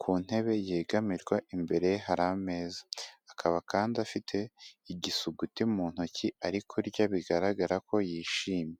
ku ntebe yegamirwa, imbere ye hari ameza, akaba kandi afite igisuguti mu ntoki ari kurya bigaragara ko yishimye.